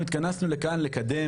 אנחנו התכנסנו כאן לקדם